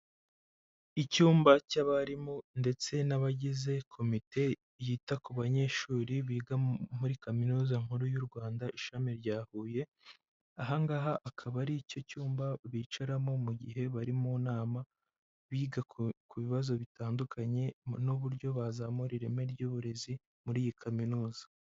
Icyumba cy'abarimu ndetse n'abagize komite yita ku banyeshuri biga muri kaminuza nkuru y'u Rwanda ishami rya Huye, aha ngaha akaba ari cyo cyumba bicaramo mu gihe bari mu nama biga ku bibazo bitandukanye n'uburyo bazamura ireme ry'uburezi muri iyi kaminuza.